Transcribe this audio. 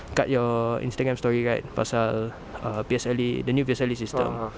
kat your instagram story right pasal err P_S_L_E the new P_S_L_E system